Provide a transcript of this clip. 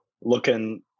looking